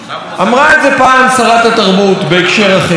אמרה את זה פעם שרת התרבות בהקשר אחר: